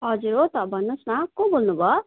हजुर हो त भन्नुहोस् न को बोल्नु भयो